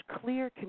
clear